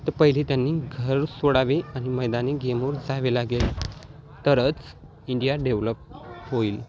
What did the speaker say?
तर पहिले त्यांनी घर सोडावे आणि मैदानी गेमवर जावे लागेल तरच इंडिया डेव्हलप होईल